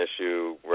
issue